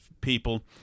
people